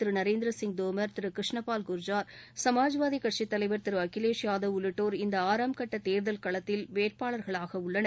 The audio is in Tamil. திரு நரேந்திரசிங் தோம் திரு கிருஷ்ணபால் குர்ஜார் சமாஜ்வாதி கட்சித் தலைவர் திரு அகிலேஷ் யாதவ் உள்ளிட்டோர் இந்த ஆறாம் கட்ட தேர்தல் களத்தில் வேட்பாளர்களாக உள்ளனர்